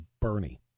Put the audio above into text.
Bernie